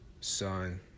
son